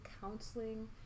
counseling